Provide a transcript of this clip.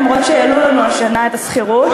אף שהעלו לנו השנה את השכירות,